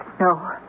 No